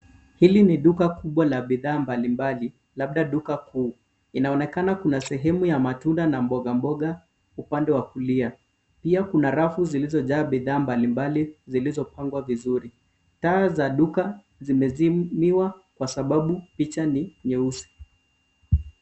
Hili ni duka kubwa la bidhaa mbalimbali labda duka kuu, inaonekana kuna sehemu ya matunda na mbogamboga upande wa kulia, pia kuna rafu zilizojaa bidhaa mbalimbali zilizopangwa vizuri, taa za duka zimezimwa kwa sababu picha ni nyeusi.